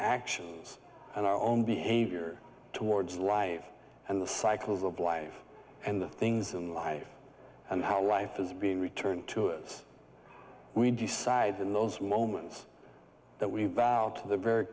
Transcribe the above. actions and our own behavior towards live and the cycles of life and the things in life and how life is being returned to us we decide in those moments that we vow to the very